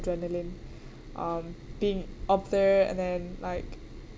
adrenaline um being up there and then like